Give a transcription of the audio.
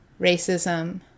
racism